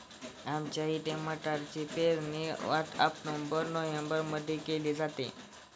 आमच्या इथे मटारची पेरणी ऑक्टोबर नोव्हेंबरमध्ये केली जाते